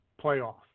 playoff